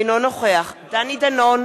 אינו נוכח דני דנון,